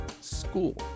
School